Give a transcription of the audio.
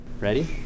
Ready